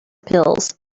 pills